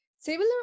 Similar